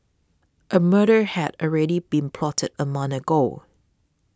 a murder had already been plotted a month ago